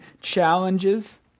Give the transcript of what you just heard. challenges